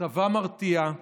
צבא מרתיע,